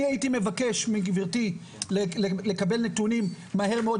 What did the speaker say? אני הייתי מבקש מגברתי לקבל נתונים מהר מאוד,